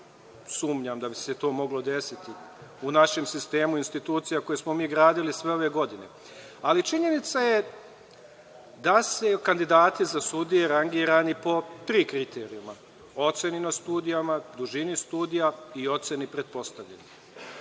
sumnjam da bi se to moglo desiti našem sistemu institucija koje smo mi gradili sve ove godine, ali činjenica je da su kandidati za sudije rangirani po tri kriterijuma – ocene na studijama, dužini studija i oceni pretpostavljenog.